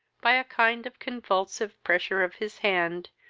by a kind of convulsive pressure of his hand,